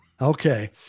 Okay